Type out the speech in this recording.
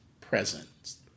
presence